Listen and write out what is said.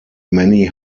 many